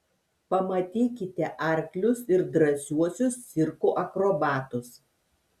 pamatykite arklius ir drąsiuosius cirko akrobatus